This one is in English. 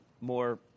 more